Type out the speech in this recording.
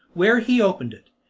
where he opened it.